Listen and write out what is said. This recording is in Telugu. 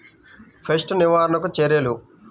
పెస్ట్ నివారణకు చర్యలు?